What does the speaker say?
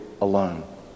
alone